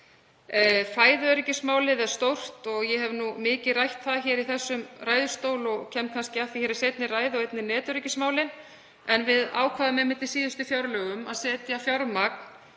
Fæðuöryggismálið er stórt, ég hef mikið rætt það hér í þessum ræðustól og kem kannski að því í seinni ræðu, og einnig netöryggismálunum. Við ákváðum einmitt í síðustu fjárlögum að leggja fram